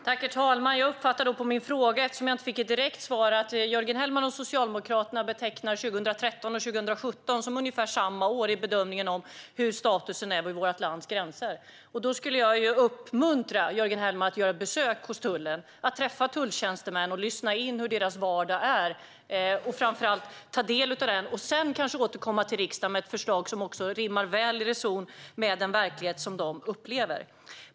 Herr talman! Eftersom jag inte fick något direkt svar på min fråga uppfattar jag att Jörgen Hellman och Socialdemokraterna betecknar 2013 och 2017 som ungefär samma år i bedömningen av statusen vid vårt lands gränser. Jag skulle vilja uppmuntra Jörgen Hellman att göra besök hos tullen, att träffa tulltjänstemän, att lyssna in hur deras vardag är och att framför allt ta del av den. Sedan kan han kanske återkomma till riksdagen med ett förslag som rimmar väl med den verklighet som de upplever.